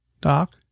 Doc